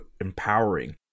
empowering